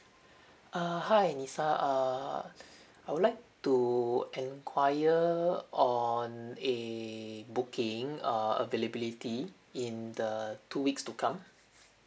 err hi lisa err I would like to enquire on a booking err availability in the two weeks to come